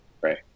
right